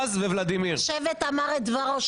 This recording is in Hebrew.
השבט אמר את דברו.